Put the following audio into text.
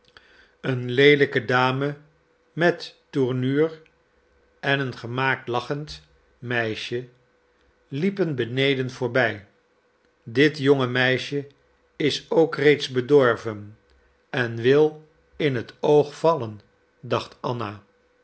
een leelijke dame met tournure en een gemaakt lachend meisje liepen beneden voorbij dit jonge meisje is ook reeds bedorven en wil in het oog vallen dacht anna